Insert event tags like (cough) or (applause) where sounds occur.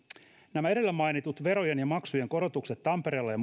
nämä edellä mainitut verojen ja maksujen korotukset tampereella ja (unintelligible)